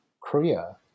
Korea